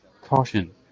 Caution